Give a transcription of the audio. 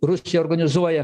rusija organizuoja